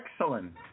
excellent